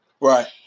Right